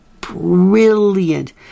brilliant